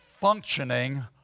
functioning